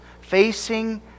facing